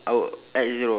I will add zero